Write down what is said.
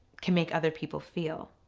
can make other people feel.